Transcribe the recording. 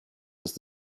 ist